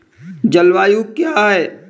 जलवायु क्या है?